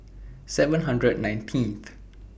seven hundred nineteenth